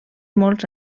molts